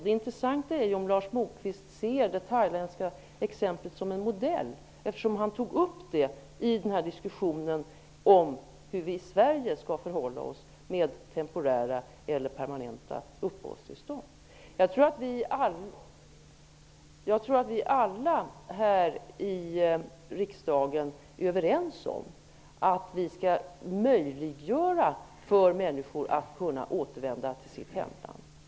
Det intressanta är om Lars Moquist ser det thailändska exemplet som en modell. Han tog ju upp det i diskussionen om hur vi i Sverige skall förhålla oss till temporära eller permanenta uppehållstillstånd. Jag tror att vi alla här i riksdagen är överens om att vi skall möjliggöra för människor att återvända till sina hemland.